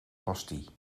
pastis